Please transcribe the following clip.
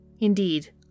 Indeed